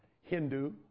Hindu